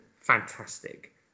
fantastic